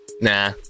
Nah